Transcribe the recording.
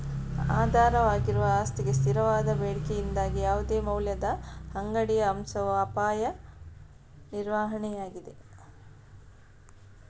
ಆಧಾರವಾಗಿರುವ ಆಸ್ತಿಗೆ ಸ್ಥಿರವಾದ ಬೇಡಿಕೆಯಿಂದಾಗಿ ಯಾವುದೇ ಮೌಲ್ಯದ ಅಂಗಡಿಯ ಅಂಶವು ಅಪಾಯ ನಿರ್ವಹಣೆಯಾಗಿದೆ